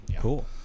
Cool